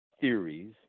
theories